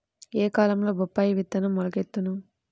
ఏ కాలంలో బొప్పాయి విత్తనం మొలకెత్తును?